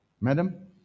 madam